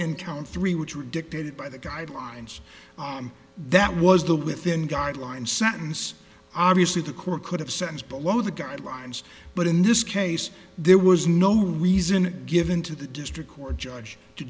in count three which were dictated by the guidelines that was the within guidelines sentence obviously the court could have sentence below the guidelines but in this case there was no reason given to the district court judge to